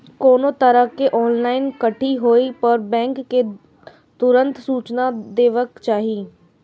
कोनो तरहक ऑनलाइन ठगी होय पर बैंक कें तुरंत सूचना देबाक चाही